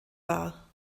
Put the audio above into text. war